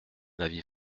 avis